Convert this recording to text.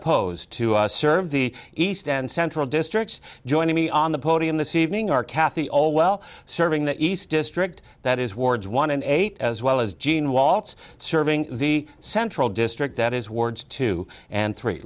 opposed to serve the east and central districts joining me on the podium this evening are kathy all well serving the east district that is wards one and eight as well as jean waltz serving the central district that is wards two and three